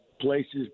places